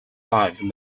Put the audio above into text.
life